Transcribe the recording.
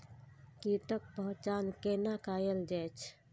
कीटक पहचान कैना कायल जैछ?